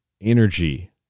energy